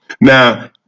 Now